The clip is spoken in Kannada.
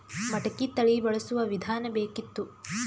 ಮಟಕಿ ತಳಿ ಬಳಸುವ ವಿಧಾನ ಬೇಕಿತ್ತು?